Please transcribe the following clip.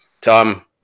Tom